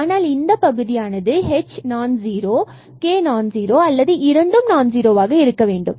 ஆனால் இந்த பகுதியானது h நான் ஜீரோ k நான் ஜீரோ அல்லது இரண்டும் நான் ஜீரோ ஆக இருக்கவேண்டும்